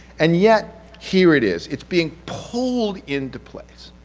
and yet here it is. it's being pulled into place.